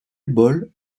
boll